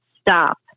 stop